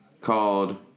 called